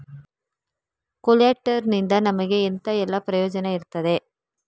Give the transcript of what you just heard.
ಕೊಲ್ಯಟರ್ ನಿಂದ ನಮಗೆ ಎಂತ ಎಲ್ಲಾ ಪ್ರಯೋಜನ ಇರ್ತದೆ?